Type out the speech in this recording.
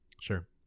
sure